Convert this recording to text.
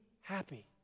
happy